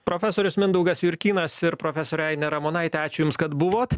profesorius mindaugas jurkynas ir profesorė ainė ramonaitė ačiū jums kad buvot